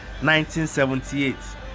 1978